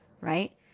right